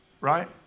right